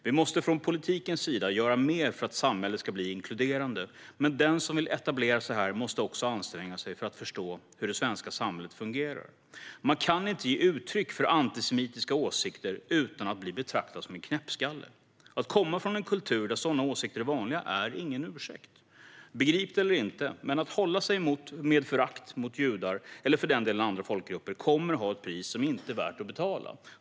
Vi måste från politikens sida göra mer för att samhället ska bli inkluderande, men den som vill etablera sig här måste också anstränga sig för att förstå hur det svenska samhället fungerar. Man kan inte ge uttryck för antisemitiska åsikter utan att bli betraktad som en knäppskalle. Att komma från en kultur där sådana åsikter är vanliga är ingen ursäkt. Begrip det eller inte, men att hålla sig med förakt mot judar, eller för den delen andra folkgrupper, kommer att ha ett pris som inte är värt att betala.